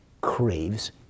craves